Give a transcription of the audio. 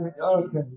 Okay